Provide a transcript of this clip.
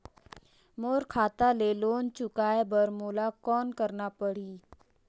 मोर खाता ले लोन चुकाय बर मोला कौन करना पड़ही?